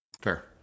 Fair